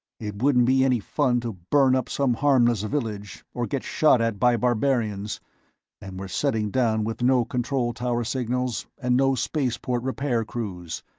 it wouldn't be any fun to burn up some harmless village, or get shot at by barbarians and we're setting down with no control-tower signals and no spaceport repair crews.